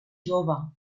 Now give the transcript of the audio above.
jove